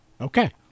okay